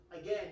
again